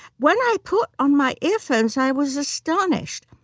when i put on my earphones i was astonished.